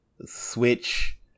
Switch